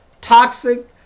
Toxic